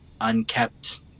unkept